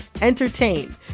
entertain